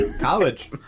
College